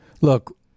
Look